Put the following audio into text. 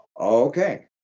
Okay